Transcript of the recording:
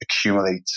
accumulate